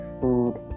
food